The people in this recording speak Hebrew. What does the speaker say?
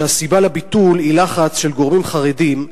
שהסיבה לביטול היא לחץ של גורמים חרדיים,